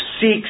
seeks